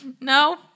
No